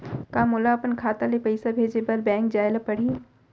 का मोला अपन खाता ले पइसा भेजे बर बैंक जाय ल परही?